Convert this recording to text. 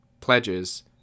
pledges